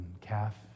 calf